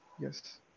yes